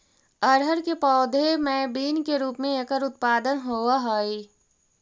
अरहर के पौधे मैं बीन के रूप में एकर उत्पादन होवअ हई